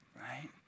Right